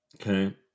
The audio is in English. Okay